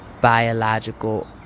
biological